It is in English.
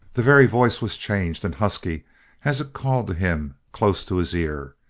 the very voice was changed and husky as it called to him, close to his ear.